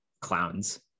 Clowns